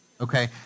okay